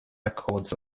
records